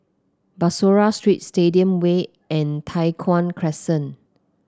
Bussorah Street Stadium Way and Tai Hwan Crescent